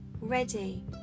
ready